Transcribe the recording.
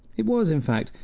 it was, in fact,